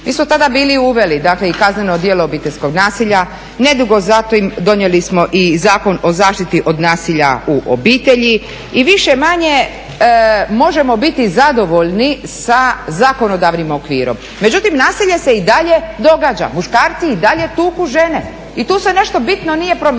Mi smo tada bili uveli, dakle i kazneno djelo obiteljskog nasilja, nedugo zatim donijeli smo i Zakon o zaštiti od nasilja u obitelji i više-manje možemo biti zadovoljni sa zakonodavnim okvirom. Međutim, nasilje se i dalje događa, muškarci i dalje tuku žene i tu se nešto bitno nije promijenilo.